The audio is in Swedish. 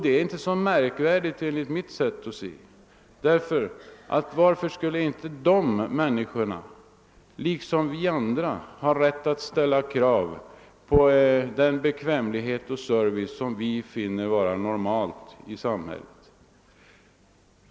Detta är inte så märkvärdigt enligt mitt sätt att se, ty varför skulle inte dessa människor liksom vi andra ha rätt att ställa krav på den bekvämlighet och service som nu anses normal i samhället?